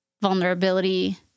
vulnerability